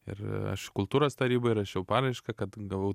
ir aš kultūros tarybai rašiau paraišką kad gavau